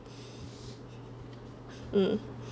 um